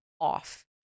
off